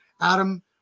Adam